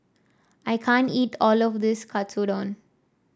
I can't eat all of this Katsudon